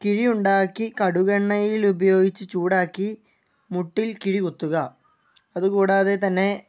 കിഴിയുണ്ടാക്കി കടുകെണ്ണയിൽ ഉപയോഗിച്ച് ചൂടാക്കി മുട്ടിൽ കിഴി കുത്തുക അതുകൂടാതെ തന്നെ